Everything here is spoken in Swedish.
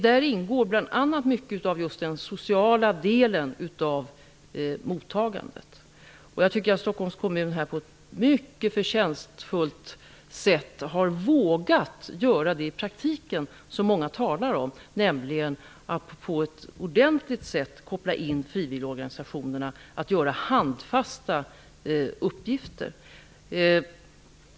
Där ingår bl.a. mycket av den sociala delen av mottagandet. Jag tycker att Stockholms kommun på ett mycket förtjänstfullt sätt har vågat göra i praktiken det som många talar om, nämligen koppla in frivilligorganisationerna för att göra handfasta uppgifter.